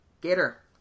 Gator